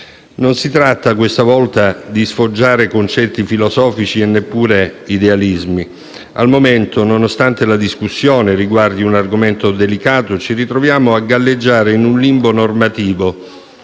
Non si tratta, questa volta, di sfoggiare concetti filosofici e neppure idealismi. Al momento, nonostante la discussione riguardi un argomento delicato, ci ritroviamo a galleggiare in un limbo normativo,